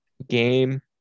Game